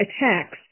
attacks